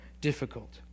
difficult